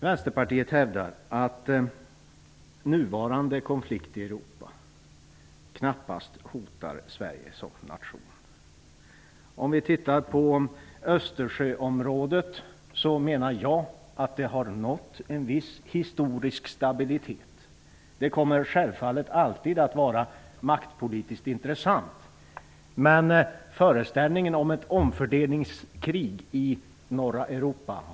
Vänsterpartiet hävdar att den nuvarande konflikten i Europa knappast hotar Sverige som nation. Låt oss titta på Östersjöområdet. Där menar jag att vi har nått en viss historisk stabilitet. Det kommer självfallet alltid att vara maktpolitisk intressant, men jag har svårt att ansluta mig till föreställningen om ett omfördelningskrig i norra Europa.